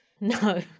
No